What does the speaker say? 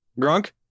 Grunk